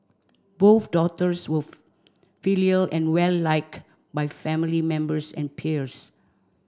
both daughters were filial and well liked by family members and peers